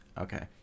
okay